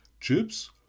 Chips